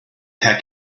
heck